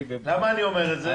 למה אני אומר את זה?